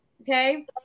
Okay